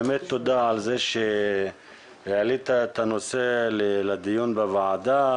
באמת תודה על זה שהעלית את הנושא לדיון בוועדה.